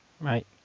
Right